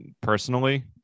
personally